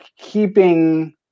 keeping